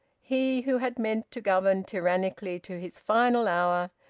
he who had meant to govern tyrannically to his final hour,